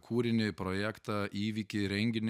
kūrinį projektą įvykį renginį